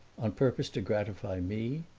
on purpose to gratify me?